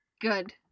Good